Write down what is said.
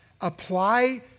apply